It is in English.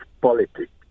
politics